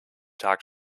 tag